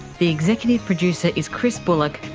the executive producer is chris bullock,